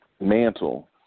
mantle